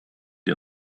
die